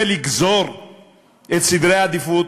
ולגזור את סדרי העדיפות.